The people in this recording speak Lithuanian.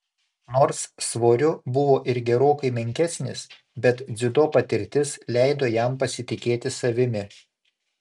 nors svoriu buvo ir gerokai menkesnis bet dziudo patirtis leido jam pasitikėti savimi